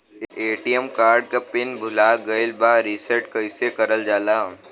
ATM card के PIN भूला गइल बा रीसेट कईसे करल जाला?